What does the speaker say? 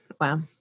Wow